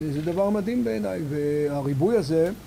זה דבר מדהים בעיניי והריבוי הזה